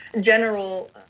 general